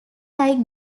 like